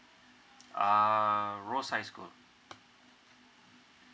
uh school